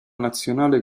nazionale